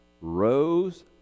rose